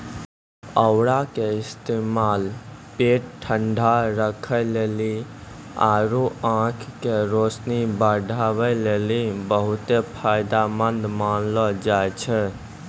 औरा के इस्तेमाल पेट ठंडा राखै लेली आरु आंख के रोशनी बढ़ाबै लेली बहुते फायदामंद मानलो जाय छै